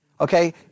Okay